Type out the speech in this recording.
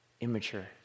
immature